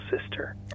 sister